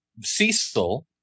Cecil